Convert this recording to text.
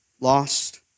lost